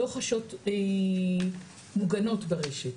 לא חשות מוגנות ברשת.